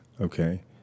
okay